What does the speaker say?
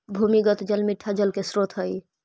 भूमिगत जल मीठा जल के स्रोत हई